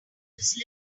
this